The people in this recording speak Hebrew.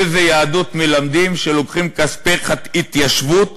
איזה יהדות מלמדים כשלוקחים כספי התיישבות